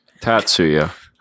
Tatsuya